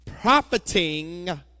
Profiting